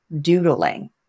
doodling